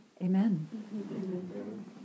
Amen